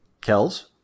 Kells